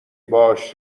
باهاش